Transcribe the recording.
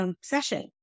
Session